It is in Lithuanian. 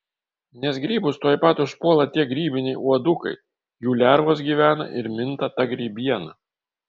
nes grybus tuoj pat užpuola tie grybiniai uodukai jų lervos gyvena ir minta ta grybiena